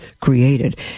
created